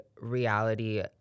reality